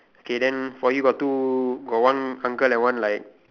okay then for you got two got one uncle like one like